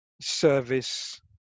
service